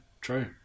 true